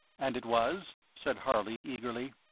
and it was? said harley, eagerly.